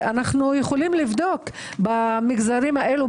אנו יכולים לבדוק במגזרים הללו,